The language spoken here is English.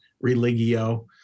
religio